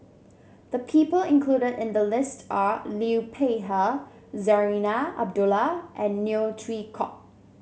the people included in the list are Liu Peihe Zarinah Abdullah and Neo Chwee Kok